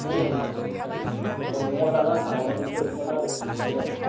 न'आव जानो आन्था माबाबा थोगौमोन आरो बिदिबाबो